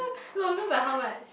longer by how much